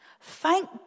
Thank